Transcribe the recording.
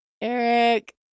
Eric